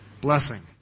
Blessing